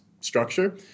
structure